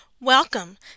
Welcome